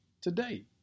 today